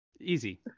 Easy